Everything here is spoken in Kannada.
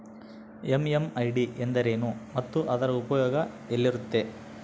ಎಂ.ಎಂ.ಐ.ಡಿ ಎಂದರೇನು ಮತ್ತು ಅದರ ಉಪಯೋಗ ಎಲ್ಲಿರುತ್ತೆ?